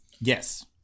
Yes